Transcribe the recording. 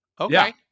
okay